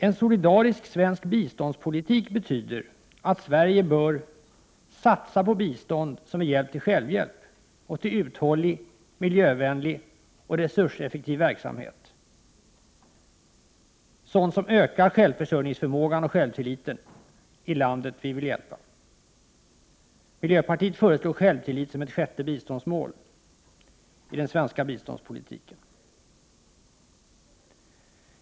En solidarisk svensk biståndspolitik betyder att Sverige bör satsa på bistånd, som är hjälp till självhjälp och till uthållig, miljövänlig och resurseffektiv verksamhet och som ökar självförsörjningsförmågan och självtilliten i landet. Miljöpartiet föreslår självtillit som ett sjätte biståndsmål i den svenska biståndspolitiken.